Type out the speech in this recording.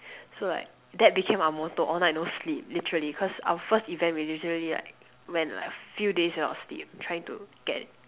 so like that became our motto all night no sleep literally because our first event we literally like went like few days without sleep trying to get